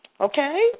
Okay